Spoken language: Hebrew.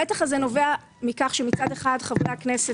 המתח הזה נובע מכך שמצד אחד חברי הכנסת